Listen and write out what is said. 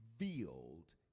revealed